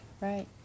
right